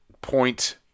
point